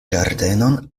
ĝardenon